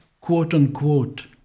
quote-unquote